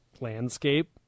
landscape